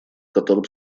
которым